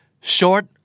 short